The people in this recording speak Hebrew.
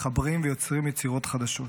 מחברים ויוצרים יצירות חדשות.